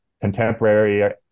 contemporary